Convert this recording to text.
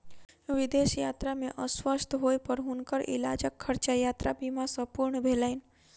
विदेश यात्रा में अस्वस्थ होय पर हुनकर इलाजक खर्चा यात्रा बीमा सॅ पूर्ण भेलैन